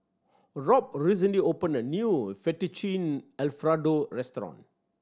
Rob recently opened a new Fettuccine Alfredo restaurant